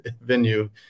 venue